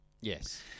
Yes